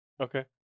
Okay